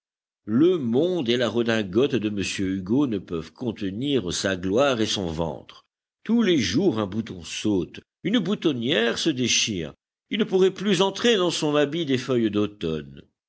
le monde et la redingote de m hugo ne peuvent contenir sa gloire et son ventre tous les jours un bouton saute une boutonnière se déchire il ne pourrait plus entrer dans son habit des feuilles d'automne